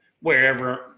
Wherever